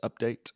update